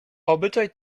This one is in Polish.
obyczaj